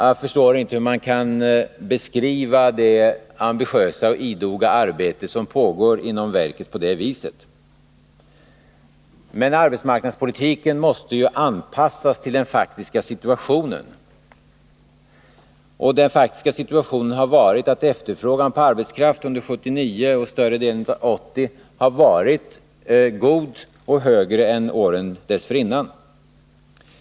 Jag förstår inte hur man kan beskriva det ambitiösa och idoga arbete som pågår inom verket på det viset. Arbetsmarknadspolitiken måste anpassas till den faktiska situationen. Och den faktiska situationen har varit att efterfrågan på arbetskraft under 1979 och större delen av 1980 varit god och högre än åren dessförinnan.